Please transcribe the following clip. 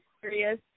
serious